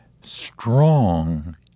strong